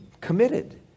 committed